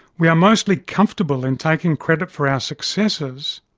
we are mostly comfortable in taking credit for our successes,